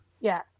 Yes